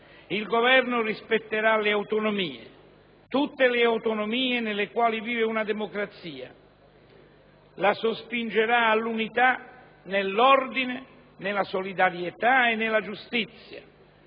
«Il Governo rispetterà le autonomie, tutte le autonomie nelle quali vive una democrazia, la sospingerà all'unità nell'ordine, nella solidarietà e nella giustizia;